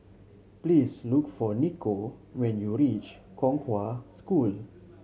please look for Nikko when you reach Kong Hwa School